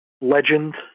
legend